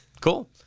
Cool